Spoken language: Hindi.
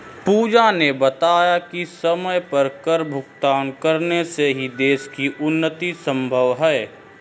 पूजा ने बताया कि समय पर कर भुगतान करने से ही देश की उन्नति संभव है